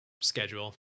schedule